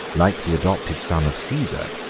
like the adopted son of caesar,